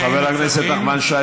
חבר הכנסת נחמן שי,